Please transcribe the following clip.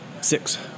Six